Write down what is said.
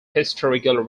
historical